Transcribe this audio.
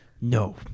No